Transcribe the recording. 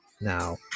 Now